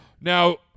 Now